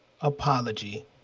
apology